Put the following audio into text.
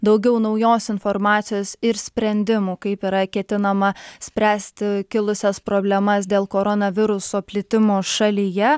daugiau naujos informacijos ir sprendimų kaip yra ketinama spręsti kilusias problemas dėl koronaviruso plitimo šalyje